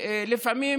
לפעמים